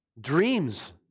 Dreams